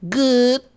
good